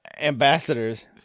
Ambassadors